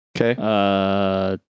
Okay